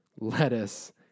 lettuce